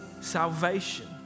salvation